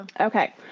Okay